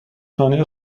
شانه